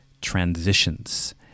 Transitions